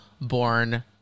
born